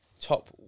top